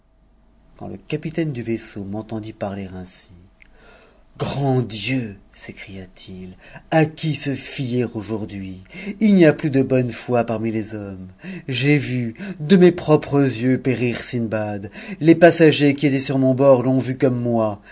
quand le capiiine du vaisseau m'entendit parler ainsi grand dieu sécria i il à qui se fier aujourd'hui il n'y a plus de bonne foi parmi les hommes j'ai vu de mes propres yeux périr sindbad les passagers qui étaient sur mon bord l'ont vu comme moi